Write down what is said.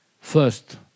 First